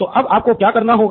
तो अब आपको क्या करना होगा